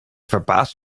verbaast